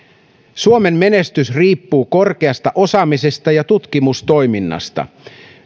suomen menestys riippuu korkeasta osaamisesta ja tutkimustoiminnasta